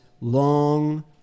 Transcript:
long